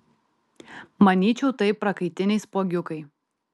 manyčiau tai prakaitiniai spuogiukai